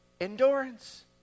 endurance